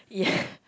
yeah